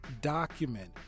document